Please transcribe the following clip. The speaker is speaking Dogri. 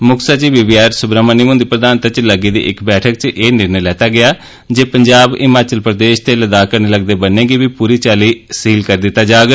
मुक्ख सचिव बी वी आर सुब्रामन्यम हुंदी प्रधानता च लग्गी दी बैठक च ए बी निर्णे लैता गेआ जे पंजाब हिमाचल प्रदेश ते लद्दाख कन्ने लगदे बन्ने गी पूरी चाल्ली सील करी दित्ता जाग